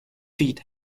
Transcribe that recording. feet